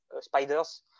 spiders